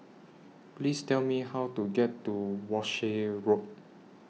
Please Tell Me How to get to Walshe Road